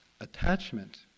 attachment